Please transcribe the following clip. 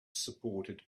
supported